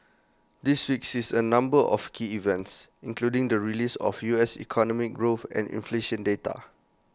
this week sees A number of key events including the release of U S economic growth and inflation data